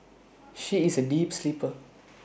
she is A deep sleeper